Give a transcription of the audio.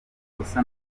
udukosa